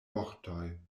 vortoj